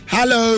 Hello